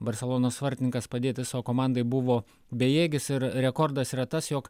barselonos vartininkas padėti savo komandai buvo bejėgis ir rekordas yra tas jog